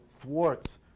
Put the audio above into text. thwarts